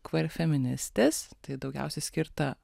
queer feministės tai daugiausiai skirta